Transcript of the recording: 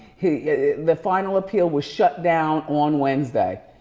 the final appeal was shut down on wednesday.